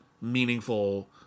meaningful